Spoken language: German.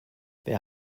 wer